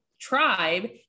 tribe